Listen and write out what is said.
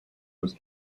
was